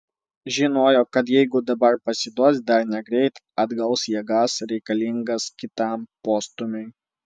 žinojo kad jeigu dabar pasiduos dar negreit atgaus jėgas reikalingas kitam postūmiui